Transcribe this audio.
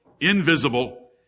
invisible